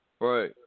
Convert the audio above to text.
right